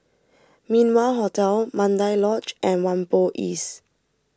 Min Wah Hotel Mandai Lodge and Whampoa East